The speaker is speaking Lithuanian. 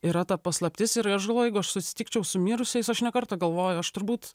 yra ta paslaptis ir aš galvoju jeigu aš susitikčiau su mirusiais aš ne kartą galvoju aš turbūt